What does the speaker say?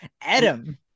Adam